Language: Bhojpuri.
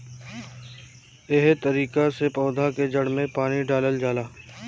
एहे तरिका से पौधा के जड़ में पानी डालल जाला